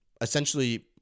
essentially